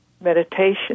meditation